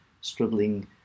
struggling